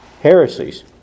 heresies